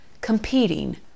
competing